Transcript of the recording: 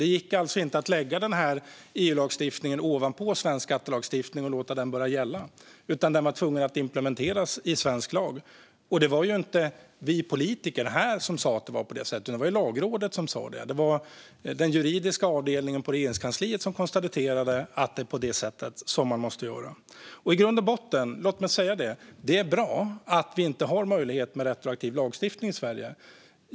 Det gick alltså inte att lägga den här EU-lagstiftningen ovanpå svensk skattelagstiftning och låta den börja gälla, utan den var tvungen att implementeras i svensk lag. Det var inte vi politiker här som sa att det var på det sättet. Det var Lagrådet som sa det. Den juridiska avdelningen på Regeringskansliet konstaterade att det var på det sättet man måste göra. I grund och botten är det bra att vi inte har möjlighet till retroaktiv lagstiftning i Sverige.